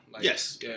Yes